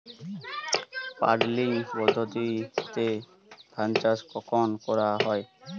Puddling পদ্ধতিতে ধান চাষ কখন করা হয়?